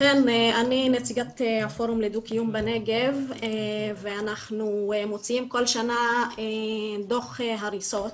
אכן אני נציגת הפורום לדו קיום בנגב ואנחנו מוציאים כל שנה דו"ח הריסות,